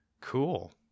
Cool